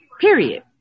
Period